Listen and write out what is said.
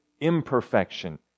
imperfection